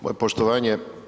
Moje poštovanje.